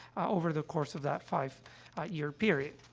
over the course of that five year period.